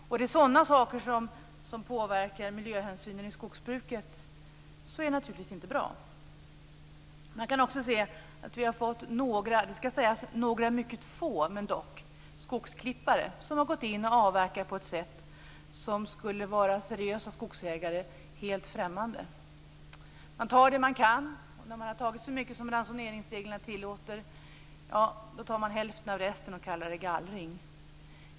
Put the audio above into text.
Om det är sådana saker som påverkar miljöhänsynen i skogsbruket är det naturligtvis inte bra. Vi har också fått några mycket få s.k. skogsklippare, som har gått in och avverkat på ett sätt som skulle vara seriösa skogsägare helt främmande. De tar det de kan, och när de har tagit så mycket som ransoneringsreglerna tillåter, då tar man hälften av resten och kallar det gallring.